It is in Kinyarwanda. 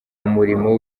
umurimo